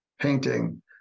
painting